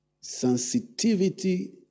Sensitivity